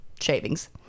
shavings